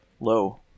low